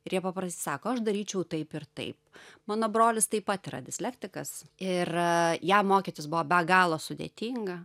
ir jie paprastai sako aš daryčiau taip ir taip mano brolis taip pat yra dislektikas ir jam mokytis buvo be galo sudėtinga